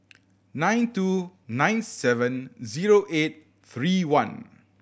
nine two nine seven zero eight three one